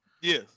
Yes